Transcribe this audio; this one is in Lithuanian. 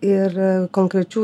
ir konkrečių